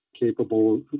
capable